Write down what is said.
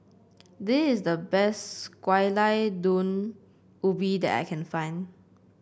this is the best Gulai Daun Ubi that I can find